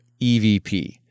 EVP